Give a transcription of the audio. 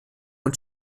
und